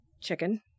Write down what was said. chicken